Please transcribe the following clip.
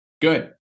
good